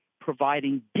providing